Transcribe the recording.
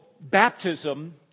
baptism